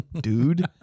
dude